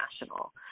national